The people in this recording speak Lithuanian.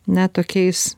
na tokiais